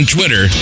Twitter